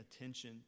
attention